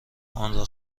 آنرا